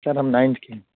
سر ہم نائنتھ کے ہیں